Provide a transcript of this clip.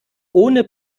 ohne